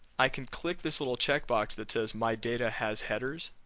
i can click this little check box that says my data has headers,